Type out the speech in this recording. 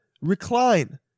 Recline